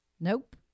Nope